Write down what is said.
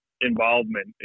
involvement